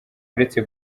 uretse